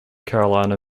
carolina